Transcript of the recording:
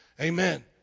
Amen